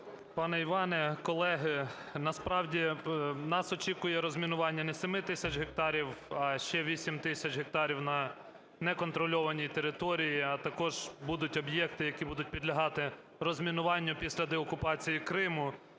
Пане Іване, колеги! Насправді нас очікує розмінування не 7 тисяч гектарів, а ще 8 тисяч гектарів на неконтрольованій території, а також будуть об'єкти, які будуть підлягати розмінуванню після деокупації Криму.